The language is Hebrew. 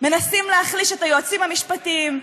מנסים להחליש את היועצים המשפטיים,